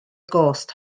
gost